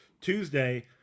Tuesday